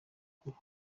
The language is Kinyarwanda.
gulu